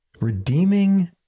redeeming